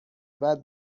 بعد